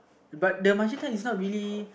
but the is not really